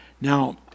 Now